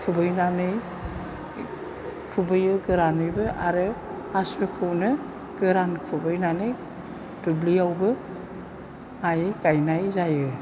खुबैनानै खुबैयो गोरानैबो आरो आसुखौनो गोरान खुबैनानै दुब्लियावबो माइ गायनाय जायो